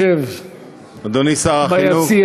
אני רוצה